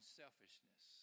selfishness